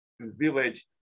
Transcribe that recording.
village